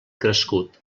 crescut